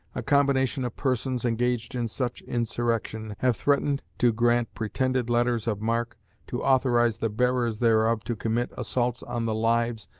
a combination of persons, engaged in such insurrection, have threatened to grant pretended letters of marque to authorize the bearers thereof to commit assaults on the lives,